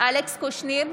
אלכס קושניר,